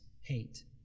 hate